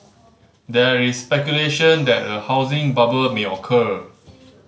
there is speculation that a housing bubble may occur